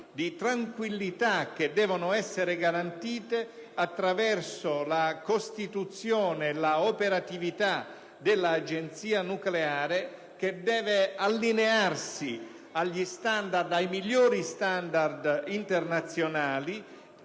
di tranquillità che devono essere garantite attraverso la costituzione e l'operatività dell'Agenzia nucleare, che deve allinearsi ai migliori standard internazionali,